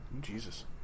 Jesus